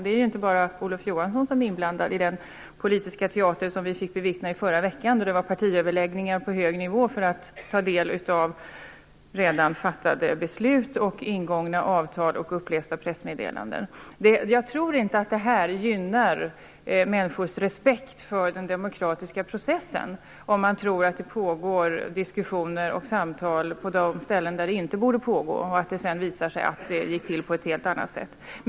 Det är ju inte bara Olof Johansson som är inblandad i den politiska teater som vi fick bevittna förra veckan med partiöverläggningar på hög nivå för att ta del av redan fattade beslut, ingångna avtal och upplästa pressmeddelanden. Jag tror inte att det gynnar människors respekt för den demokratiska processen, om man tror att det pågår diskussioner och samtal på ställen där de inte borde pågå och det sedan visar sig att det gick till på ett helt annat sätt än det borde.